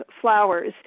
flowers